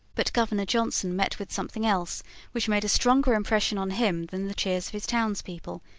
but governor johnson met with something else which made a stronger impression on him than the cheers of his townspeople,